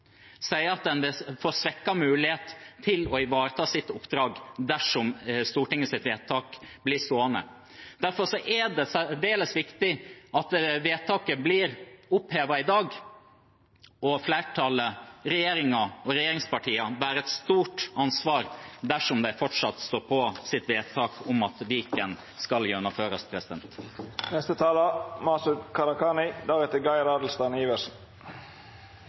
sier at en får svekket mulighet til å ivareta sitt oppdrag dersom Stortingets vedtak blir stående. Derfor er det særdeles viktig at vedtaket blir opphevet i dag. Flertallet, regjeringen og regjeringspartiene bærer et stort ansvar dersom de fortsatt står på sitt vedtak om at Viken skal gjennomføres.